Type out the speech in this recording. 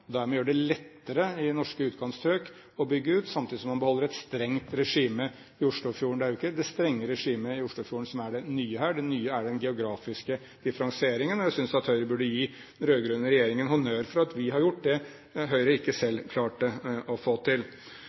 å bygge ut i norske utkantstrøk, samtidig som man beholder et strengt regime i Oslofjorden. Det er jo ikke det strenge regimet i Oslofjorden som er det nye her; det nye er den geografiske differensieringen. Jeg synes at Høyre burde gi den rød-grønne regjeringen honnør for at vi har gjort det Høyre ikke selv klarte å få til.